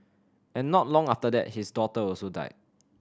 and not long after that his daughter also died